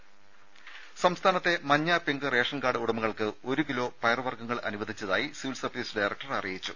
രുമ സംസ്ഥാനത്തെ മഞ്ഞ പിങ്ക് റേഷൻ കാർഡ് ഉടമകൾക്ക് ഓരോ കിലോ പയർ വർഗങ്ങൾ അനുവദിച്ചതായി സിവിൽ സപ്ലൈസ് ഡയറക്ടർ അറിയിച്ചു